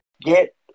get